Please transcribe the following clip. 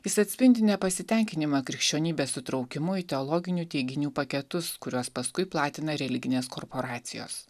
jis atspindi nepasitenkinimą krikščionybės įtraukimu į teologinių teiginių paketus kuriuos paskui platina religinės korporacijos